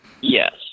Yes